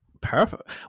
Perfect